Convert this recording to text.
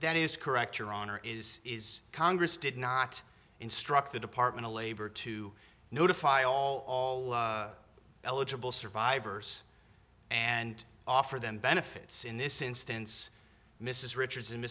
that is correct your honor is congress did not instruct the department of labor to notify all all eligible survivors and offer them benefits in this instance mrs richards